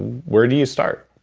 where do you start?